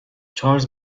چارلز